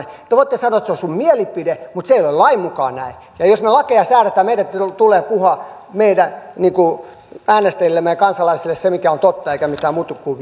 te voitte sanoa että se on teidän mielipiteenne mutta se ei ole lain mukaan näin ja jos me lakeja säädämme meidän tulee puhua meidän äänestäjillemme ja kansalaisille se mikä on totta eikä mitään mutukuvia